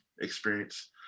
experience